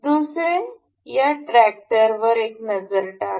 दुसरे या ट्रॅक्टरवर एक नजर टाका